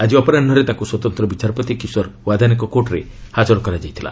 ଆଜି ଅପରାହ୍ନରେ ତାଙ୍କୁ ସ୍ୱତନ୍ତ ବିଚାରପତି କିଶୋର ୱାଦାନେଙ୍କ କୋର୍ଟରେ ହାଜର କରାଯାଇଥିଲା